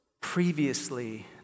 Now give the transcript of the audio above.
previously